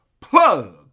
plug